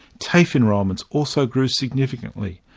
tafe enrolments also grew significantly,